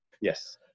Yes